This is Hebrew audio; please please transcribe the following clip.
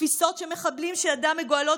תפיסות שלפיהן מחבלים שידיהם מגואלות